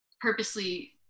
purposely